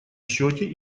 счете